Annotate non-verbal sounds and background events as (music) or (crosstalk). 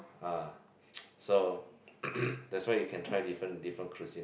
ah (noise) so (coughs) that's why you can try different different cuisine